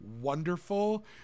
wonderful